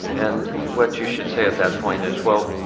and what you should say at that point is, well,